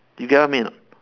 you get what I mean or not